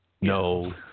No